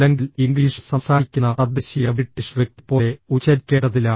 അല്ലെങ്കിൽ ഇംഗ്ലീഷ് സംസാരിക്കുന്ന തദ്ദേശീയ ബ്രിട്ടീഷ് വ്യക്തിപ്പോലെ ഉച്ചരിക്കേണ്ടതില്ല